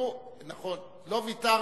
נכון, אני מדבר